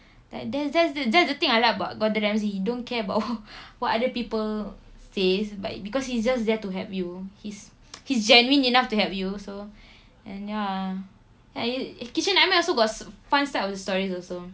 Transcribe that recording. like that that's the that's the thing I like about gordon ramsay he don't care about what other people says but because he's just there to help you he's he's genuine enough to help you so and ya kitchen nightmare also got fun side of the stories also